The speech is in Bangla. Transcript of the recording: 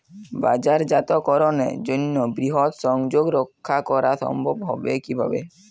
বাজারজাতকরণের জন্য বৃহৎ সংযোগ রক্ষা করা সম্ভব হবে কিভাবে?